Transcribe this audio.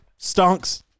stonks